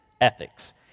ethics